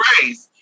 grace